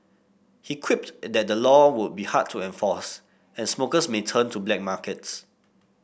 he quipped and that the law would be hard to enforce and smokers may turn to black markets